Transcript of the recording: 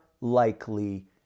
likely